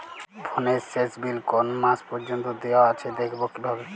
ফোনের শেষ বিল কোন মাস পর্যন্ত দেওয়া আছে দেখবো কিভাবে?